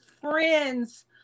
friends